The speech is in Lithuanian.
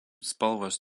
spalvos